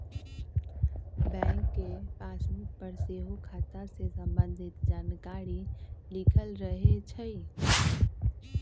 bank के passbook पर सेहो खता से संबंधित जानकारी लिखल रहै छइ